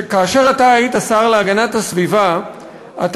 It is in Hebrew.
כאשר אתה היית השר להגנת הסביבה אתה